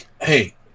Hey